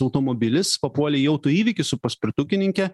automobilis papuolė į autoįvykį su papirtukininke